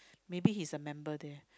maybe he's a member there